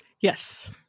Yes